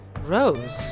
Rose